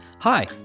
Hi